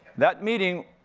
that meeting